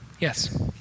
Yes